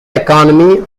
economy